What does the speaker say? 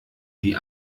die